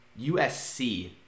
usc